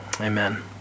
Amen